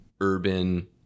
urban